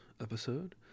episode